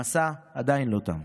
המסע עדיין לא תם.